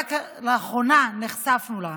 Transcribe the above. שרק לאחרונה נחשפנו לה?